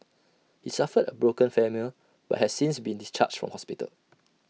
he suffered A broken femur but has since been discharged from hospital